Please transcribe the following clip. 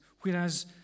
whereas